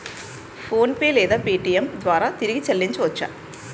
PhonePe లేదా Paytm ద్వారా తిరిగి చల్లించవచ్చ?